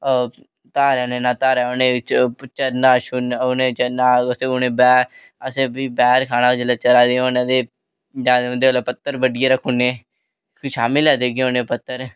धारा लेना ते धारा उ'नें ई उ'नें चरना ते असें प्ही बेर खाना जेल्लै ओह् चरा दे होन ते जां उंदे गल्ला पत्तर बड्ढियै रक्खी ओड़ने प्ही शामीं लै देगे उ'नेंगी पत्तर